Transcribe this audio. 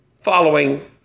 following